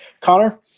Connor